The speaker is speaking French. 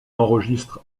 enregistre